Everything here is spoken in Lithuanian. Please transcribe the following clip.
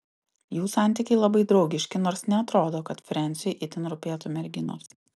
jų santykiai labai draugiški nors neatrodo kad frensiui itin rūpėtų merginos